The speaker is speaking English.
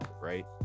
right